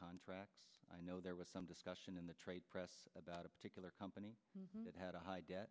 contracts i know there was some discussion in the trade press about a particular company that had a high debt